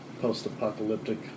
post-apocalyptic